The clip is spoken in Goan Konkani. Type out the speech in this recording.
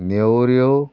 नेवऱ्यो